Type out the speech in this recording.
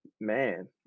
Man